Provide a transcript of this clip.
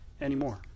anymore